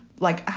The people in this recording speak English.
like,